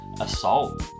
assault